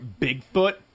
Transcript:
Bigfoot